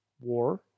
War